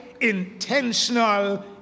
intentional